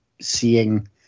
seeing